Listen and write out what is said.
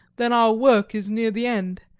then our work is near the end.